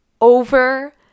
Over